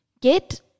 get